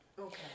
Okay